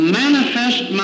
manifest